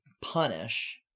punish